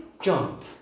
jump